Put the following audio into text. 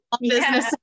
business